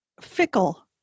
fickle